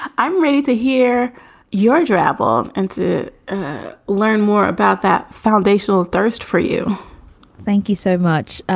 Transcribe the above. i'm ready to hear your travel and to learn more about that foundational thirst for you thank you so much.